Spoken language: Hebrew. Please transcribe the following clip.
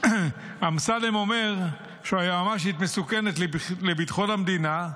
אמסלם אומר שהיועמ"שית מסוכנת לביטחון המדינה,